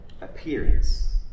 appearance